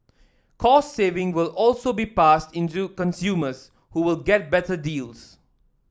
cost saving will also be passed into consumers who will get better deals